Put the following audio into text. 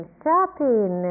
shopping